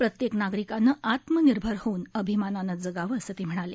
प्रत्येक नागरिकानं आत्मनिर्भर होऊन अभिमानानं जगावं असं ते म्हणाले